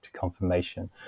confirmation